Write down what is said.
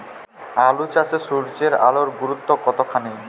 আলু চাষে সূর্যের আলোর গুরুত্ব কতখানি?